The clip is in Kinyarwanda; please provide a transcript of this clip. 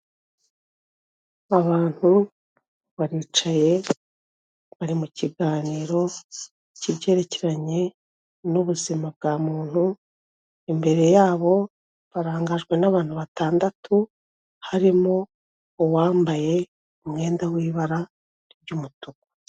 Abantu baricaye bari mu kiganiro k'ibyerekeranye n'ubuzima bwa muntu, imbere yabo barangajwe n'abantu batandatu, harimo uwambaye umwenda w'ibara ry'umutuku.